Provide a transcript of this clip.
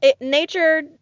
nature